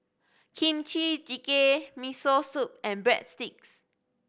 Kimchi Jjigae Miso Soup and Breadsticks